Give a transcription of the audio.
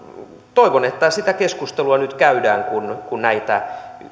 toivon että sitä keskustelua nyt käydään kun kun näitä